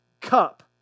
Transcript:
cup